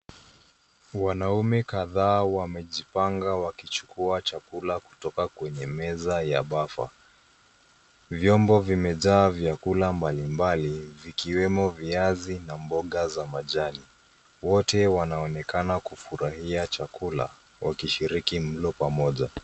Wanaume kadhaa wamejipanga wakichukua chakula kutoka kwenye meza ya bafe. Vyombo vimejaa vyakula mbalimbali vikiwemo viazi na mboga za majani. Wote wanaonekana kufurahia chakula wakishiriki mlo pamoja.